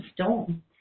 storm